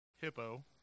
Hippo